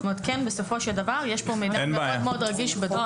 זאת אומרת, בסופו של דבר, יש פה מידע רגיש מאוד.